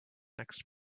next